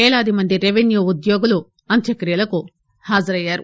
పేలాది మంది రెవిన్యూ ఉద్యోగులు అంత్యక్రియలకు హాజరయ్యారు